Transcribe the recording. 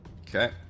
Okay